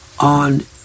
On